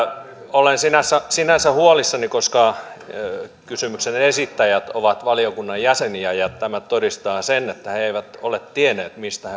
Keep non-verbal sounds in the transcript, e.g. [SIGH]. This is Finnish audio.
olen sinänsä huolissani koska kysymysten esittäjät ovat valiokunnan jäseniä ja tämä todistaa sen että he eivät ole tienneet mistä [UNINTELLIGIBLE]